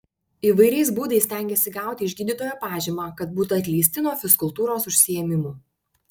įvairiais būdais stengiasi gauti iš gydytojo pažymą kad būtų atleisti nuo fizkultūros užsiėmimų